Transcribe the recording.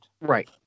Right